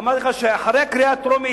אמרתי לך שאחרי הקריאה הטרומית,